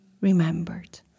remembered